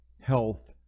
health